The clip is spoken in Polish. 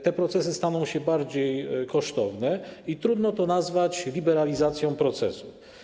Te procesy staną się bardziej kosztowne i trudno to nazwać liberalizacją procesu.